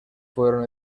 fueron